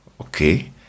okay